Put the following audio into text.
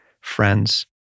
Friends